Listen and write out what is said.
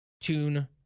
tune